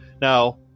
Now